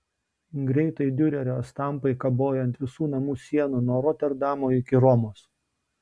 greitai diurerio estampai kabojo ant visų namų sienų nuo roterdamo iki romos